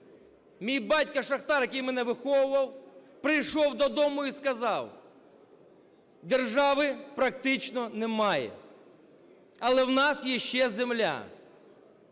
мій батько шахтар, який мене виховував, прийшов додому і сказав: "Держави практично немає. Але в нас є ще земля".